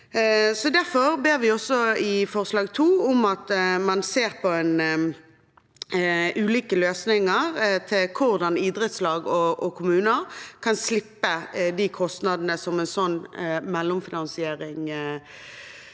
Derfor ber vi i forslag nr. 2 om at man ser på ulike løsninger til hvordan idrettslag og kommuner kan slippe de kostnadene som en sånn mellomfinansiering